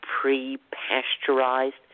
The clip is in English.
pre-pasteurized